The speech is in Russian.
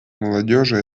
молодежи